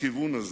בכיוון הזה.